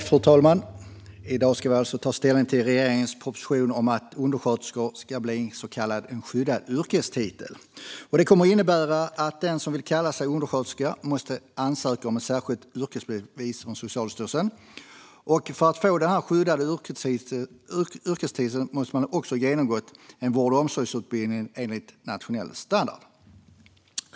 Fru talman! I dag ska vi alltså ta ställning till regeringens proposition om att undersköterska ska bli en så kallad skyddad yrkestitel. Det kommer att innebära att den som vill kalla sig undersköterska måste ansöka om ett särskilt yrkesbevis från Socialstyrelsen, och för att få den här skyddade yrkestiteln måste man ha genomgått en vård och omsorgsutbildning enligt en nationell standard.